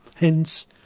Hence